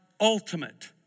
ultimate